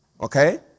Okay